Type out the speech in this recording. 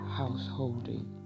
householding